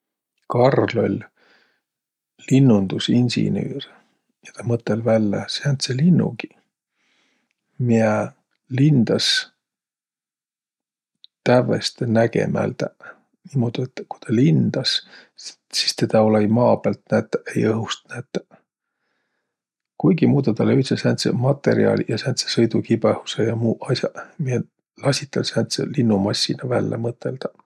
Karl oll' linnundusinsinüür ja tä mõtõl' vällä sääntse linnugi, miä lindas tävveste nägemäldäq, niimuudu, et ku tä lindas, s- sis tedä olõ-õi maa päält nätäq ei õhust nätäq. Kuigimuudu tä löüdse sääntseq matõrjaaliq ja sääntse sõidukibõhusõ ja muuq as'aq, miä lasiq täl sääntse linnumassina vällä mõtõldaq.